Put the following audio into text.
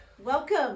Welcome